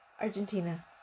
Argentina